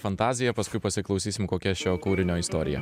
fantazija paskui pasiklausysim kokia šio kūrinio istorija